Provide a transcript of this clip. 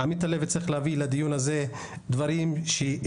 עמית הלוי צריך להביא לדיון הזה דברים שהם